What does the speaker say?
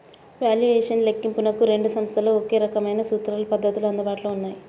valuation లెక్కింపునకు రెండు సంస్థలకు ఒకే రకమైన సూత్రాలు, పద్ధతులు అందుబాటులో ఉన్నాయి